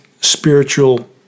spiritual